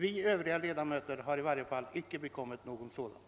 Vi övriga ledamöter har i varje fall icke bekommit någon sådan.